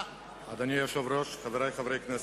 אדוני היושב-ראש, חברי חברי הכנסת,